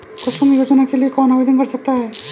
कुसुम योजना के लिए कौन आवेदन कर सकता है?